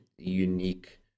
unique